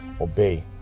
Obey